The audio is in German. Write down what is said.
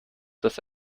das